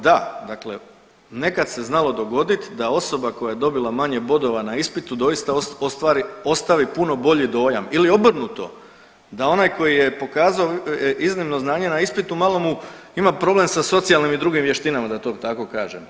Da, dakle nekad se znalo dogodit da osoba koja je dobila manje bodova na ispitu doista ostvari ostavi puno bolji dojam ili obrnuto, da onaj koji je pokazao iznimno znanje na ispitu malo mu ima problem sa socijalnim i drugim vještinama da to tako kažem.